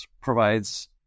provides